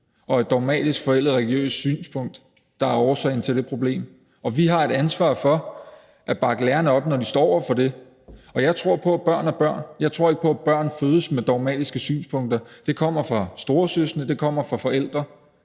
og et dogmatisk forældet religiøst synspunkt, der er årsagen til det problem, og vi har et ansvar for at bakke lærerne op, når de står over for det. Og jeg tror på, at børn er børn. Jeg tror ikke på, at børn fødes med dogmatiske synspunkter, men det kommer fra store søskende, det kommer fra forældre,